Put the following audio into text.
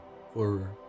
horror